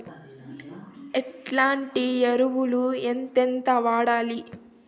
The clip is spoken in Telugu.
ఎట్లాంటి ఎరువులు ఎంతెంత వాడాలి?